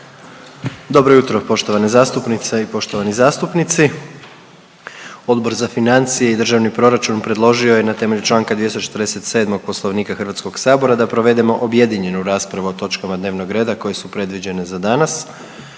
Dobro jutro poštovane zastupnice i poštovani zastupnici. Odbor za financije i državni proračun predložio je na temelju čl. 247. Poslovnika HS da provedemo objedinjenu raspravu o točkama dnevnog reda koje su predviđene za danas,